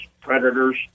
predators